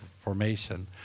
formation